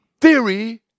theory